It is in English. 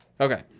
Okay